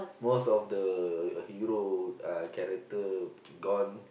most of the hero uh character gone